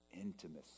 intimacy